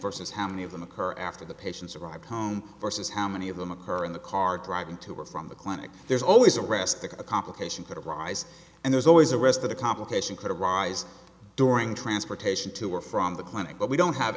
forces how many of them occur after the patients arrive home versus how many of them occur in the car driving to or from the clinic there's always arrest the complications arise and there's always the rest of the complication could arise during transportation to or from the clinic but we don't have